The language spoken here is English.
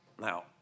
Now